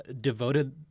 devoted